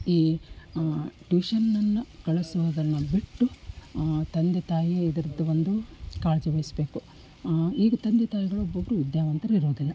ಈ ಟ್ಯೂಷನ್ನನ್ನು ಕಳಿಸೋದನ್ನ ಬಿಟ್ಟು ತಂದೆ ತಾಯಿ ಇದರದ್ದೊಂದು ಕಾಳಜಿ ವಹಿಸಬೇಕು ಈಗ ತಂದೆ ತಾಯಿಯಲ್ಲಿ ಒಬ್ಬೊಬ್ಬರು ವಿದ್ಯಾವಂತರಿರೋದಿಲ್ಲ